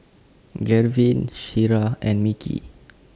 Garvin Shira and Micky